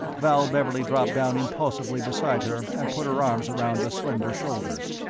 val beverley dropped down impulsively beside her and put her arms around the slender shoulders.